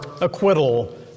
acquittal